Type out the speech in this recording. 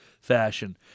fashion